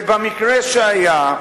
במקרה שהיה,